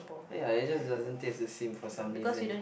ya it just doesn't taste the same for some reason